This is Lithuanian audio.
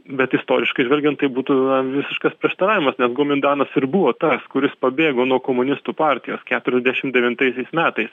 bet istoriškai žvelgiant tai būtų visiškas prieštaravimas nes gumindanas ir buvo tas kuris pabėgo nuo komunistų partijos keturiasdešimt devintaisiais metais